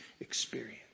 experience